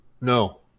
No